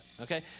Okay